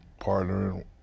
partnering